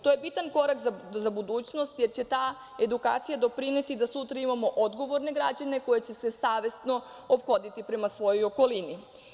To je bitan korak za budućnost, jer će ta edukacija doprineti da sutra imamo odgovorne građane koji će se savesno ophoditi prema svojoj okolini.